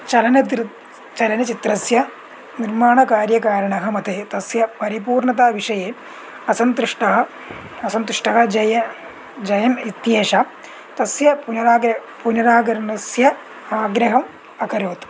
चलनं चलनचित्रस्य निर्माणकार्यकारणतः मतेः तस्य परिपूर्णताविषये असन्तुष्टः असन्तुष्टः जयन् जयन् इत्येषः तस्य पुनरागमनं पुनरागमनस्य आग्रहम् अकरोत्